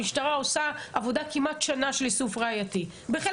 המשטרה עושה עבודה של איסוף ראייתי כבר כמעט שנה,